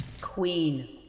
Queen